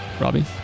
Robbie